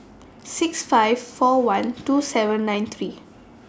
six five four one two seven nine three